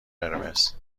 قرمز